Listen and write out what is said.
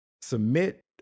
Submit